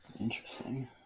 interesting